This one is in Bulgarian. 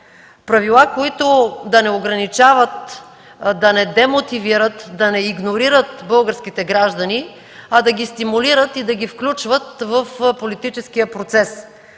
правила, които да не ограничават, да не демотивират, да не игнорират българските граждани, а да ги стимулират и включват в политическия процес;